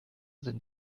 sind